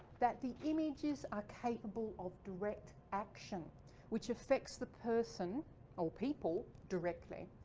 that the images are capable of direct action which affects the person or people directly.